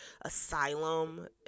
asylum